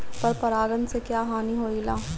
पर परागण से क्या हानि होईला?